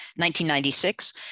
1996